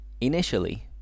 Initially